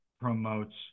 promotes